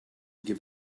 give